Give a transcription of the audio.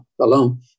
alone